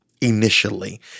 initially